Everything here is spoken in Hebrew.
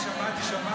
הוא לא אמר את זה.